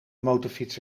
motorfiets